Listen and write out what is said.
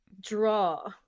draw